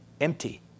empty